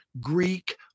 Greek